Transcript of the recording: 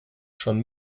schon